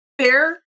fair